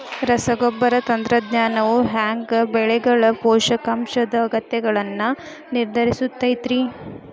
ರಸಗೊಬ್ಬರ ತಂತ್ರಜ್ಞಾನವು ಹ್ಯಾಂಗ ಬೆಳೆಗಳ ಪೋಷಕಾಂಶದ ಅಗತ್ಯಗಳನ್ನ ನಿರ್ಧರಿಸುತೈತ್ರಿ?